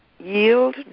Yield